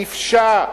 הנפשע,